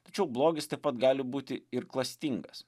tačiau blogis taip pat gali būti ir klastingas